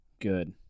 good